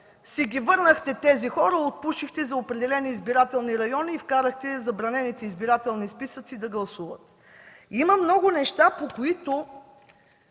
си ги върнахте тези хора, отпушихте за определени избирателни райони и вкарахте забранените в избирателни списъци, да гласуват. Има много неща, които